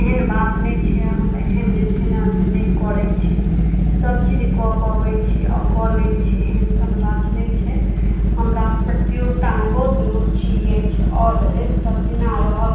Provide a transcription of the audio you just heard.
एहन बात नहि छै हम एखन जे छै न से नहि करै छी सब चीज कऽ पबै छी आ कऽ लै छी एहन सन बात नहि छै हमरा प्रतियोगिता मे बहुत रुचि अछि आओर सब दिना रहक